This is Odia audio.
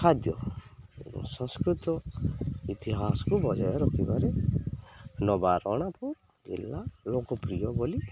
ଖାଦ୍ୟ ଏବଂ ସଂସ୍କୃତ ଇତିହାସକୁ ବଜାୟ ରଖିବାରେ ନବାରଣପୁର ଜିଲ୍ଲା ଲୋକପ୍ରିୟ ବୋଲି